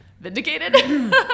vindicated